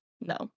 no